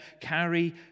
carry